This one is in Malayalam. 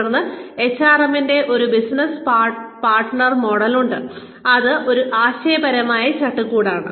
തുടർന്ന് എച്ച്ആർഎമ്മിന്റെ ഒരു ബിസിനസ്സ് പാർട്ട്നർ മോഡൽ ഉണ്ട് അത് ഒരു ആശയപരമായ ചട്ടക്കൂടാണ്